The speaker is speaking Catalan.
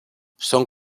són